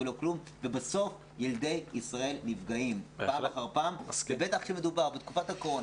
בסוף ילדי ישראל נפגעים פעם אחר פעם ובטח כשמדובר בתקופת הקורונה,